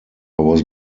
was